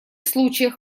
случаях